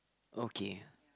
okay